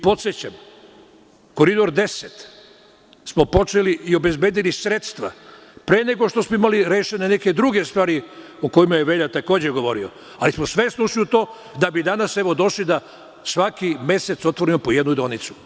Podsećam, Koridor 10 smo počeli i obezbedili sredstva pre nego što smo imali rešene neke druge stvari o kojima je Velja takođe govorio, ali smo svesno ušli u to, da bi danas došli da svaki mesec otvorimo po jednu deonicu.